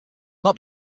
not